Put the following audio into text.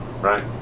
right